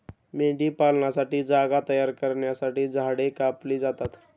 मेंढीपालनासाठी जागा तयार करण्यासाठी झाडे कापली जातात